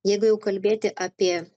jeigu jau kalbėti apie